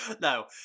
No